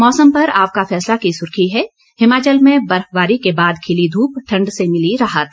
मौसम पर आपका फैसला की सुर्खी है हिमाचल में बर्फबारी के बाद खिली धूप ठंड से मिली राहत